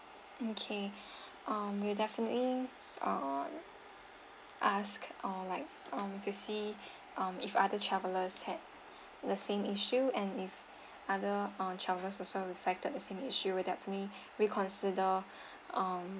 okay um we'll definitely err ask or like um to see um if other travelers had the same issue and if other uh travellers also reflected the same issue we'll definitely reconsider um